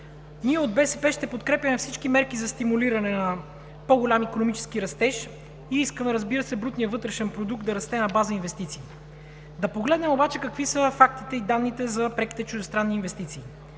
От БСП ще подкрепяме всички мерки за стимулиране на по-голям икономически растеж и искаме, разбира се, брутният вътрешен продукт да расте на база инвестиции. Да погледнем обаче какви са фактите и данните за преките чуждестранни инвестиции.